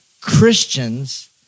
Christians